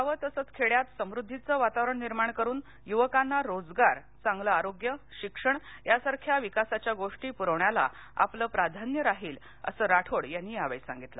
गावं तसंच खेड्यात समृध्दीचं वातावरण निर्माण करून युवकांना रोजगार चांगलं आरोग्य शिक्षण यासारख्या विकासाच्या गोष्टी पुरवण्याला आपलं प्राधान्य राहील असं राठोड यावेळी म्हणाले